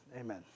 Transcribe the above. amen